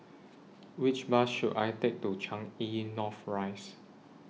Which Bus should I Take to Changi North Rise